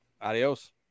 Adios